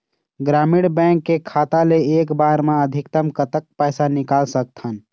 ग्रामीण बैंक के खाता ले एक बार मा अधिकतम कतक पैसा निकाल सकथन?